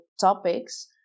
topics